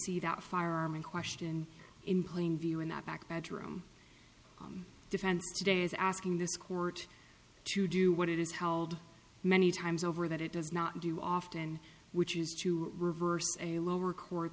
see that firearm in question in plain view in the back bedroom defense today is asking this court to do what it is how many times over that it does not do often which is to reverse a lower court